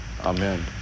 Amen